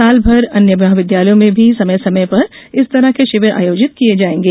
सालभर अन्य महाविद्यालयों में भी समय समय पर इस तरह के शिविर आयोजित किये जायेंगे